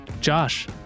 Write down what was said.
Josh